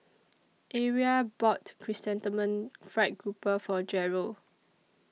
Aria bought Chrysanthemum Fried Grouper For Jerel